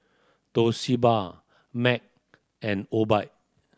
Toshiba Mac and Obike